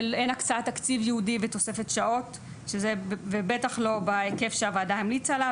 אין הקצאת תקציב ייעודי ותוספת שעות ובטח לא בהיקף שהוועדה מליצה עליו